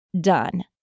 done